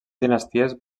dinasties